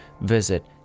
visit